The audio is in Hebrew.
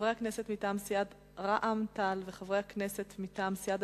חברי הכנסת מטעם סיעת רע"ם-תע"ל וחברי הכנסת מטעם סיעת